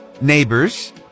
neighbors